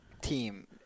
team